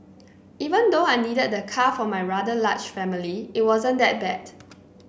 even though I needed the car for my rather large family it wasn't that bad